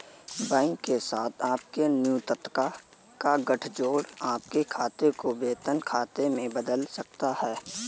bank के साथ आपके नियोक्ता का गठजोड़ आपके खाते को वेतन खाते में बदल सकता है